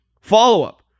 Follow-up